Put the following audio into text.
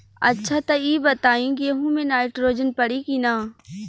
अच्छा त ई बताईं गेहूँ मे नाइट्रोजन पड़ी कि ना?